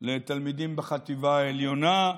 לתלמידים בחטיבה העליונה,